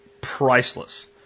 priceless